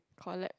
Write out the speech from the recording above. collect